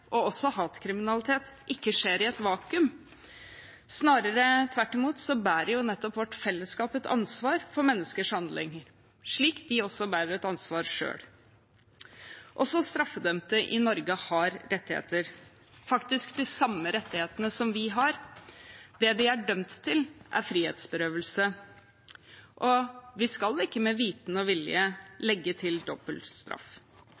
også hatkriminalitet, ikke skjer i et vakuum. Snarere tvert imot bærer vårt fellesskap et ansvar for menneskers handlinger, slik de også bærer et ansvar selv. Også straffedømte i Norge har rettigheter, faktisk de samme rettighetene som vi har. Det de er dømt til, er frihetsberøvelse. Vi skal ikke med vitende og vilje